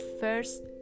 first